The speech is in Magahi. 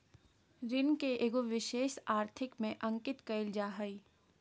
ऋण के एगो विशेष आर्थिक में अंकित कइल जा हइ